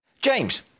James